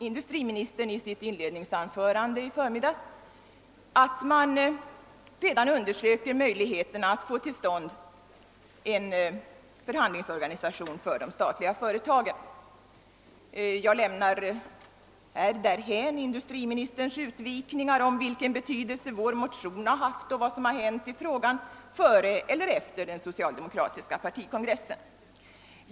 Industriministern sade i sitt inledningsanförande i förmiddags att man redan undersöker möjligheterna att få till stånd en förhandlingsorganisation för de statliga företagen. Jag lämnar därhän industriministerns utvikningar om betydelsen av vår motion och vad som hänt i frågan före eller efter den socialdemokratiska partikongressen.